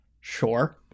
Sure